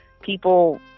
people